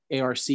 ARC